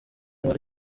wari